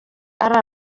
ari